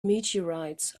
meteorites